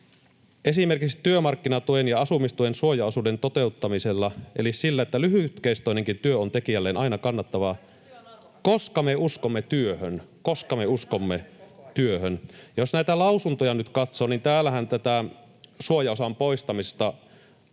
”...esimerkiksi työmarkkinatuen ja asumistuen suojaosuuden toteuttamisella eli sillä, että lyhytkestoinenkin työ on tekijälleen aina kannattavaa, koska me uskomme työhön.” — Koska me uskomme työhön. [Vasemmistoliiton